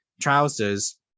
trousers